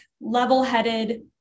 level-headed